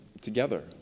together